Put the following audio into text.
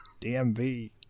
DMV